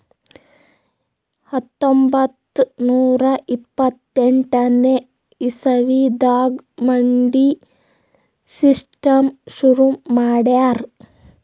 ಹತ್ತೊಂಬತ್ತ್ ನೂರಾ ಇಪ್ಪತ್ತೆಂಟನೇ ಇಸವಿದಾಗ್ ಮಂಡಿ ಸಿಸ್ಟಮ್ ಶುರು ಮಾಡ್ಯಾರ್